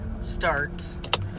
start